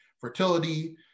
fertility